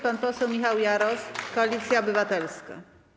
Pan poseł Michał Jaros, Koalicja Obywatelska.